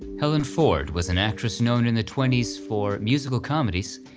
helen ford was an actress known in the twenty s for musical comedies,